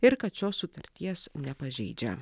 ir kad šios sutarties nepažeidžia